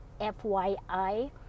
FYI